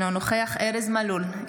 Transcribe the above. אינו נוכח ארז מלול,